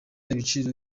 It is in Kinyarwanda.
ibiciro